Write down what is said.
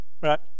right